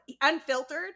unfiltered